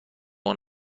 اون